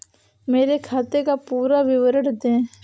मेरे खाते का पुरा विवरण दे?